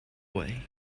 way